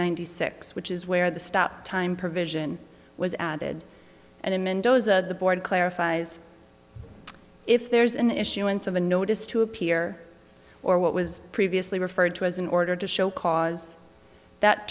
hundred six which is where the stop time provision was added and in mendoza the board clarifies if there is an issue and seven notice to appear or what was previously referred to as an order to show cause that